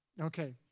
Okay